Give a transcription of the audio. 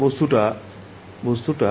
ছাত্রছাত্রীঃ বস্তুটা